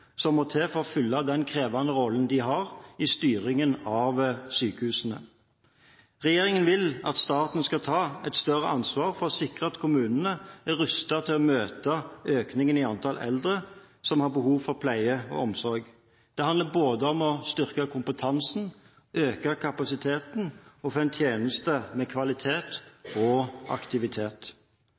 som må til for å fylle den krevende rollen de har i styringen av sykehusene. Regjeringen vil at staten skal ta et større ansvar for å sikre at kommunene er rustet til å møte økningen i antall eldre som har behov for pleie og omsorg. Det handler både om å styrke kompetansen og øke kapasiteten og om å få en tjeneste med kvalitet og aktivitet.